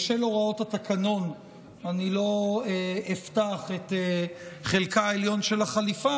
בשל הוראות התקנון אני לא אפתח את חלקה העליון של החליפה,